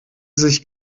sich